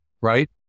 right